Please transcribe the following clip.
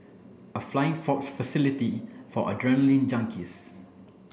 a flying fox facility for adrenaline junkies